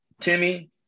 Timmy